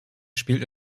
spielt